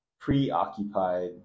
preoccupied